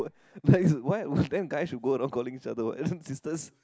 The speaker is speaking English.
that is why why then guys should go around calling each other what sisters